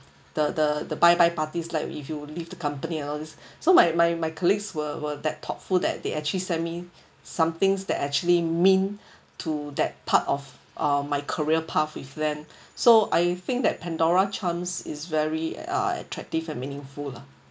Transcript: the the the bye bye parties like if you leave the company and all these so my my my colleagues were were that thoughtful that they actually send me something that actually mean to that part of uh my career path with them so I think that pandora charms is very ah attractive and meaningful lah